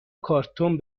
کارتون